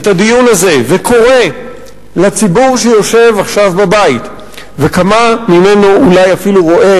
את הדיון הזה וקורא לציבור שיושב עכשיו בבית וכמה ממנו אולי אפילו רואים